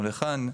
או לכאן,